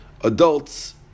adults